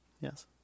Yes